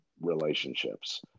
relationships